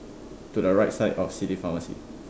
to the right side of city pharmacy